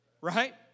Right